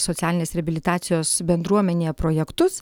socialinės reabilitacijos bendruomenėje projektus